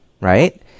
right